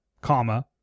comma